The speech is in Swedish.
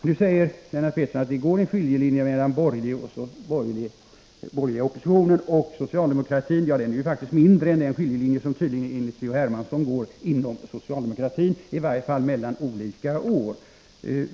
Nu säger Lennart Pettersson att det går en skiljelinje mellan den borgerliga oppositionen och socialdemokratin, men den är faktiskt mindre framträdande än den skiljelinje som enligt C.-H. Hermansson går inom socialdemokratin, i varje fall mellan olika år.